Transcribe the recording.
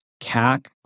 CAC